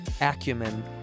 acumen